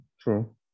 True